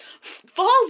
falls